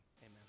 amen